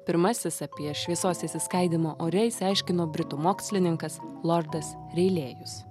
pirmasis apie šviesos išsiskaidymą ore išsiaiškino britų mokslininkas lordas reilėjus